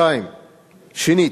שנית,